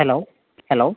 hello hello